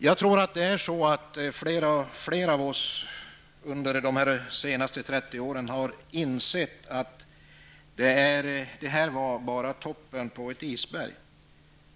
Jag tror att fler av oss under de senaste 30 åren har insett att det här bara var toppen på ett isberg.